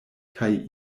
kaj